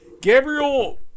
Gabriel